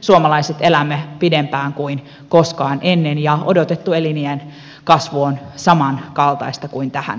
suomalaiset onneksi elämme pidempään kuin koskaan ennen ja odotettu eliniän kasvu on samankaltaista kuin tähän asti